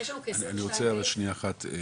יש לנו כ- -- אני רוצה אבל שנייה אחת,